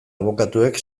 abokatuek